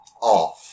off